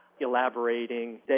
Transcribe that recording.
elaborating